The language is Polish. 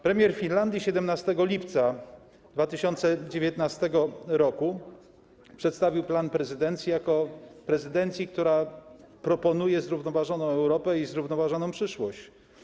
Premier Finlandii 17 lipca 2019 r. przedstawił plan prezydencji jako prezydencji, która proponuje zrównoważoną Europę i zrównoważoną przyszłość.